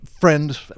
friend